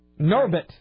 Norbit